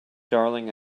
darling